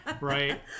Right